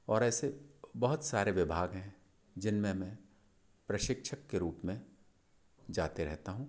और ऐसे बहुत सारे विभाग हैं जिनमें मैं प्रशिक्षक के रूप में जाते रहता हूँ